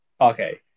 Okay